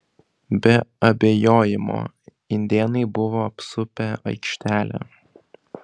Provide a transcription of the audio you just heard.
be abejojimo indėnai buvo apsupę aikštelę